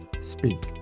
speak